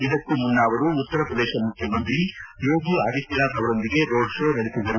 ಇದಕ್ಕೂ ಮುನ್ನ ಅವರು ಉತ್ತರ ಪ್ರದೇಶ ಮುಖ್ಕಮಂತ್ರಿ ಯೋಗಿ ಆದಿತ್ಯನಾಥ್ ಅವರೊಂದಿಗೆ ರೋಡ್ ಶೋ ನಡೆಸಿದರು